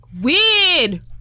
weird